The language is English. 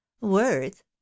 worth